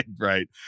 right